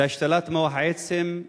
והשתלת מח עצם,